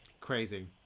crazy